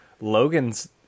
logan's